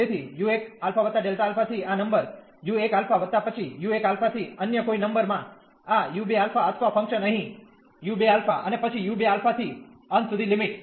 તેથી u1 α Δα થી આ નંબર u1 α વત્તા પછી u1 α થી અન્ય કોઇ નંબર માં આ u2 α અથવા ફંક્શન અહીં u2 α અને પછી u2 α થી અંત સુધી લિમિટ